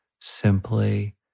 simply